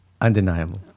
undeniable